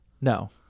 No